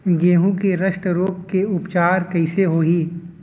गेहूँ के रस्ट रोग के उपचार कइसे होही?